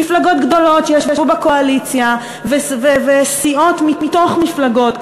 מפלגות גדולות שישבו בקואליציה וסיעות מתוך מפלגות,